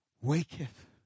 waketh